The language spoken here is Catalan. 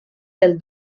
del